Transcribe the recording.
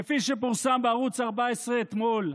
כפי שפורסם בערוץ 14 אתמול,